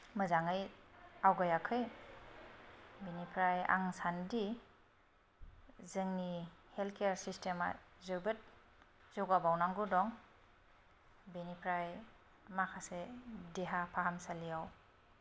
मोजाङै आवगायाखै बिनिफ्राय आं सानोदि जोंनि हेल्थकेयार सिस्टेमा जोबोद जौगाबावनांगौ दं बेनिफ्राय माखासे देहा फाहामसालियाव